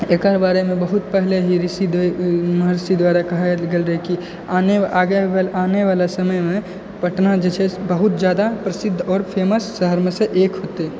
एकर बारेमे बहुत पहिले ही ऋषि महर्षि द्वारा कहल गेल रहै कि आनेवला समयमे पटना जे छै से बहुत जादा प्रसिद्ध आओर फेमस शहरमे सँ एक होतै